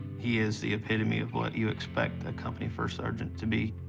he is the epitome of what you expect a company first sergeant to be.